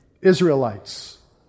Israelites